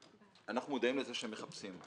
אנחנו מודעים לזה שהם מחפשים.